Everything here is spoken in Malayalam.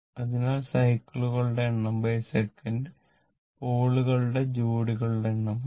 അതിനാൽ സൈക്കിളുകളുടെ എണ്ണംസെക്കന്റ് പോളുകളുടെ ജോഡികളുടെ എണ്ണമായിരിക്കും